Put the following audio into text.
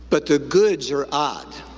but the goods are odd.